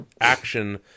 action